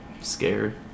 Scared